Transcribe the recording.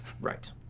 Right